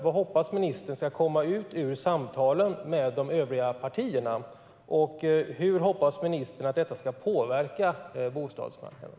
Vad hoppas ministern ska komma ut av samtalen med de övriga partierna? Hur hoppas ministern att detta ska påverka bostadsmarknaden?